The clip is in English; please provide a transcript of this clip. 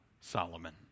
Solomon